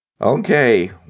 Okay